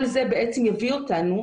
כל זה בעצם יביא אותנו